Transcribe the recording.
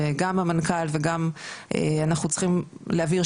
גם המנכ"ל וגם אנחנו צריכים להבהיר,